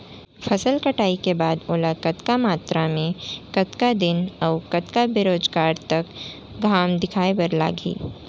फसल कटाई के बाद ओला कतका मात्रा मे, कतका दिन अऊ कतका बेरोजगार तक घाम दिखाए बर लागही?